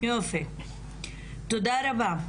יופי תודה רבה.